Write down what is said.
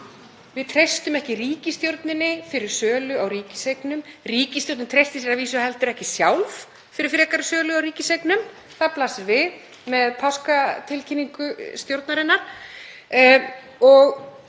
Við treystum ekki ríkisstjórninni fyrir sölu á ríkiseignum. Ríkisstjórnin treystir sér að vísu heldur ekki sjálf fyrir frekari sölu á ríkiseignum. Það blasir við með páskatilkynningu ríkisstjórnarinnar.